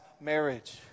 marriage